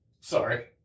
Sorry